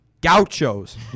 Gauchos